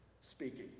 speaking